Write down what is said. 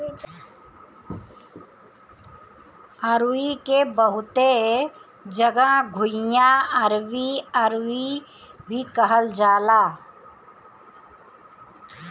अरुई के बहुते जगह घुइयां, अरबी, अरवी भी कहल जाला